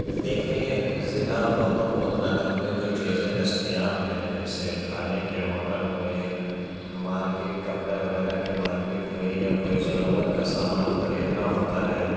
دیکھیے ضلع گوتم بدھ نگر میں جو چیزیں دستیاب ہیں جیسے کھانے کے ہوٹل ہوئے مارکیٹ کپڑے وغیرہ کے مارکیٹ ہوئی یا کوئی ضرورت کا سامان خریدنا ہوتا ہے